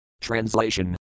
Translation